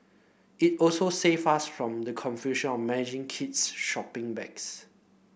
it also save us from the confusion of managing kids shopping bags